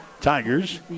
Tigers